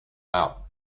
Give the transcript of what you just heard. out